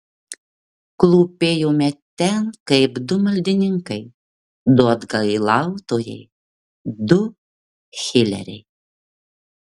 klūpėjome ten kaip du maldininkai du atgailautojai du hileriai